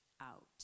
out